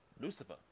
Lucifer